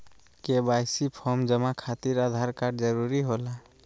KYC form जमा खातिर Aadhaar card जरूरी होला?